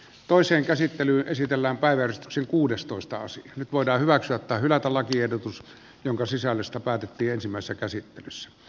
toisen käsittely esitellään päiväys tosin kuudestoistaosa nyt voidaan hyväksyä tai hylätä lakiehdotus jonka sisällöstä päätettiin ensimmäisessä käsittelyssä